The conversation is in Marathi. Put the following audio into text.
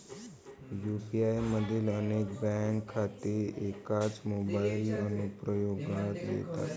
यू.पी.आय मधील अनेक बँक खाती एकाच मोबाइल अनुप्रयोगात येतात